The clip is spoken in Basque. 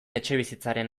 etxebizitzaren